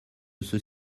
ceux